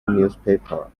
newspaper